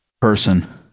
person